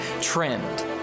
trend